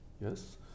yes